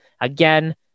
again